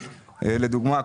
לדוגמה,